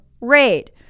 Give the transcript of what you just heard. raid